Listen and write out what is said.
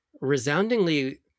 resoundingly